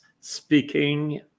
speaking